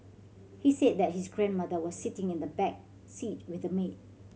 he said that his grandmother was sitting in the back seat with the maid